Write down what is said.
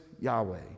Yahweh